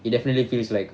it definitely feels like